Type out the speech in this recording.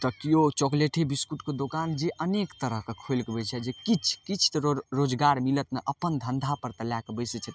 तऽ केओ चॉकलेटे बिस्कुटके दोकान जे अनेक तरहके खोलिके बैसल छै किछु किछु तऽ रोजगार मिलत ने अपन धन्धापर तऽ लैके बैसै छथि